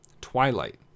Twilight